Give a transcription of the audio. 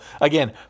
Again